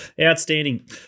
Outstanding